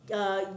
uh